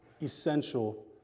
Essential